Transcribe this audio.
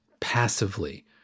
passively